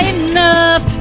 enough